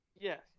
Yes